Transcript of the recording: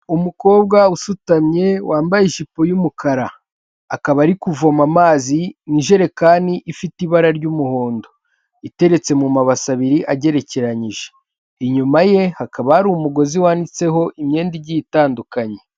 Umukobwa usutamye wambaye ijipo y'umukara, akaba ari kuvoma amazi mu ijerekani ifite ibara ry'umuhondo iteretse mu mabase abiri agerekeranyije, inyuma ye hakaba hari umugozi wanitseho imyenda igiye itandukanye.